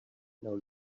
now